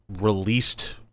released